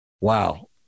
wow